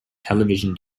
television